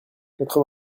quatre